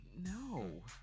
no